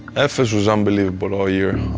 efes was unbelievable all year.